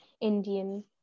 Indian